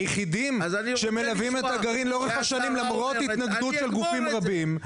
היחידים שמלווים את הגרעין לאורך השנים למרות התנגדות של גופים רבים.